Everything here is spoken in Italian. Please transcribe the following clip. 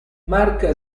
mark